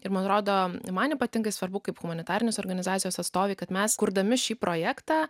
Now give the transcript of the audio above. ir man rodo man ypatingai svarbu kaip humanitarinės organizacijos atstovai kad mes kurdami šį projektą